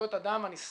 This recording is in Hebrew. וזה לצערי הרב,